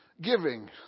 Giving